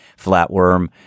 flatworm